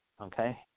Okay